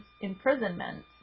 imprisonment